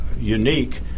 unique